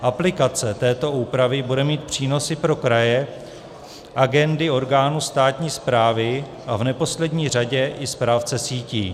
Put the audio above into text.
Aplikace této úpravy bude mít přínos i pro kraje, agendy orgánů státní správy a v neposlední řadě i správce sítí.